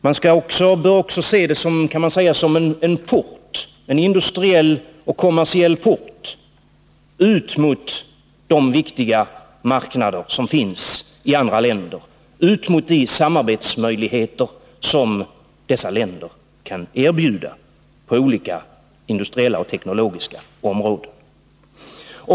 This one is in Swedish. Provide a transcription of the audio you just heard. Man bör också se dessa landskap som en industriell och kommersiell port ut mot de viktiga marknader som finns i andra länder, ut mot de samarbetsmöjligheter som dessa länder kan erbjuda på olika industriella och teknologiska områden.